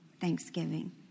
thanksgiving